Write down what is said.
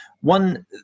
One